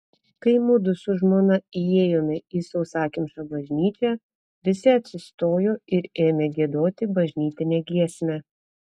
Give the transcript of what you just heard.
kai mudu su žmona įėjome į sausakimšą bažnyčią visi atsistojo ir ėmė giedoti bažnytinę giesmę